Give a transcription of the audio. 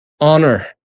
honor